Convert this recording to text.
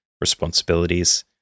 responsibilities